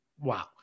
Wow